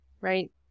right